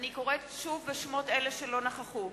שוב בשמות אלה שלא נכחו.